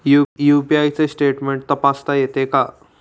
UPI चे statement तपासता येते का?